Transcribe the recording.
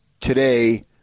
today